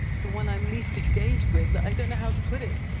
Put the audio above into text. the one i'm least engaged with, i don't know how to put it.